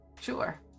Sure